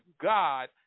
God